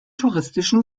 touristischen